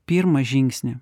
pirmą žingsnį